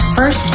First